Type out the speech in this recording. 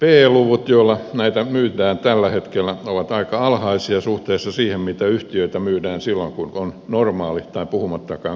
e luvut joilla näitä myydään tällä hetkellä ovat aika alhaisia suhteessa siihen mitä yhtiöitä myydään silloin kun on normaalisuhdanne puhumattakaan korkeasuhdanteesta